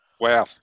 Wow